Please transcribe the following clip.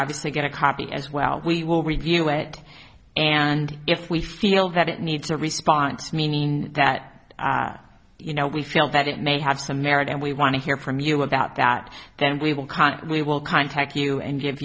obviously get a copy as well we will review it and if we feel that it needs a response meaning that you know we feel that it may have some merit and we want to hear from you about that then we will contact we will contact you and give